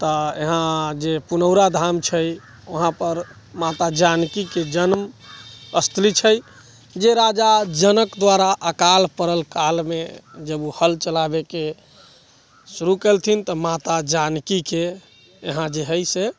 तऽ इहाँ जे पुनौरा धाम छै उहाँ पर माता जानकी के जन्म स्थली छै जे राजा जनक द्वारा अकाल पड़ल काल मे जब ओ हल चलाबै के शुरू केलथिन तऽ माता जानकी के इहाँ जे हय से